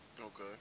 Okay